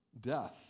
death